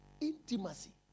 Intimacy